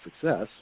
success